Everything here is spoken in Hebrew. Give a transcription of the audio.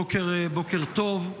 בוקר טוב.